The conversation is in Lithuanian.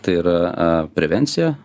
tai yra prevencija